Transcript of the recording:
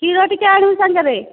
କ୍ଷୀର ଟିକେ ଆଣିବୁ ସାଙ୍ଗରେ